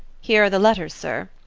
here are the letters, sir.